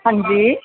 ਹਾਂਜੀ